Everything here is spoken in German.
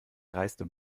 dreiste